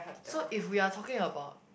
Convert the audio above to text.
so if we are talking about